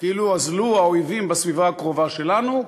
כאילו אזלו האויבים בסביבה הקרובה שלנו,